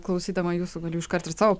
klausydama jūsų galiu iškart ir savo